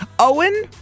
Owen